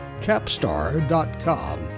capstar.com